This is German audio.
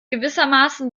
gewissermaßen